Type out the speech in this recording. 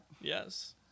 Yes